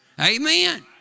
Amen